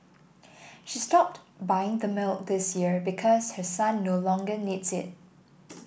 she stopped buying the milk this year because her son no longer needs it